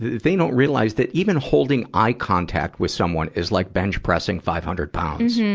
they don't realized that even holding eye contact with someone is like bench pressing five hundred pounds.